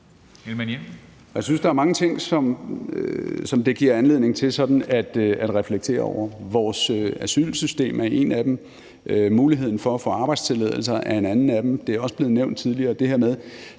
Jeg synes, at der er mange ting, som det giver anledning til sådan at reflektere over. Vores asylsystem er en af dem. Muligheden for at få arbejdstilladelse er en anden af dem. Det er også blevet nævnt tidligere,